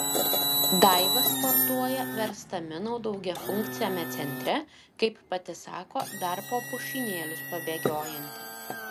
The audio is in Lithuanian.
daiva sportuoja verstaminų daugiafunkciame centre kaip pati sako dar po pušynėlius pabėgiojanti